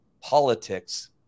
politics